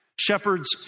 Shepherds